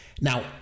Now